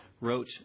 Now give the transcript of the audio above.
wrote